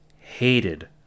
hated